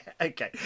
Okay